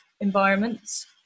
environments